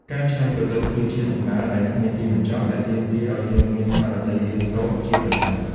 ការច្នៃប្រឌិតគឺជាដំណើរដែលគ្មានទីបញ្ចប់ ដែលទាមទារឱ្យយើងមានស្មារតីរៀនសូត្រជាប្រចាំ។